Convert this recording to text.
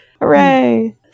Hooray